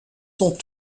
sont